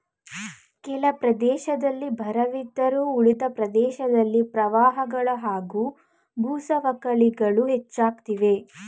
ಕೆಲ ಪ್ರದೇಶದಲ್ಲಿ ಬರವಿದ್ದರೆ ಉಳಿದ ಪ್ರದೇಶದಲ್ಲಿ ಪ್ರವಾಹಗಳು ಹಾಗೂ ಭೂಸವಕಳಿಗಳು ಹೆಚ್ಚಾಗ್ತವೆ